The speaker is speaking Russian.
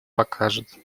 покажет